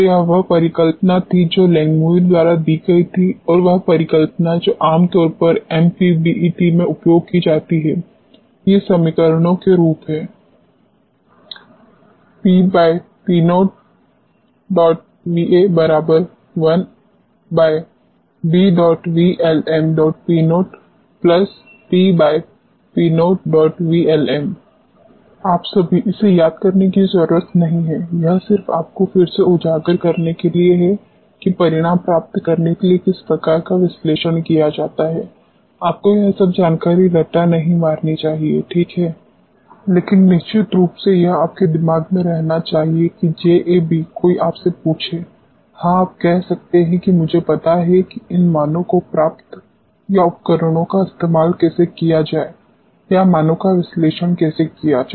तो यह वह परिकल्पना थी जो लैंगमुइर द्वारा दी गई थी और वह परिकल्पना जो आम तौर पर MP BET में उपयोग की जाती है ये समीकरणों के रूप हैं PP0Va 1b VLm P0 PP0VLm आप सभी इसे याद करने की जरूरत नहीं है यह सिर्फ आपको फिर से उजागर करने के लिए है कि परिणाम प्राप्त करने के लिए किस प्रकार का विश्लेषण किया जाता है आपको यह सब जानकारी रटटा नहीं मारनी चाहिए ठीक है लेकिन निश्चित रूप से यह आपके दिमाग में रहना चाहिए कि JAB कोई आपसे पूछे हाँ आप कह सकते हैं कि मुझे पता है कि इन मानो को प्राप्त या उपकरणों का इस्तेमाल कैसे किया जाए या मानों का विश्लेषण कैसे किया जाए